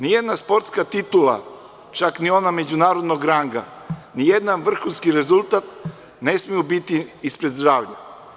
Nijedna sportska titula, čak ni ona međunarodnog ranga, nijedan vrhunski rezultat ne sme biti ispred zdravlja.